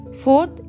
Fourth